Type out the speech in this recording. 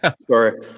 sorry